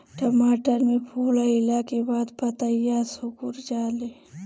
टमाटर में फूल अईला के बाद पतईया सुकुर जाले?